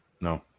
No